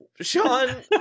Sean